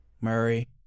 Murray